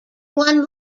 one